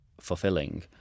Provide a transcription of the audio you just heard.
fulfilling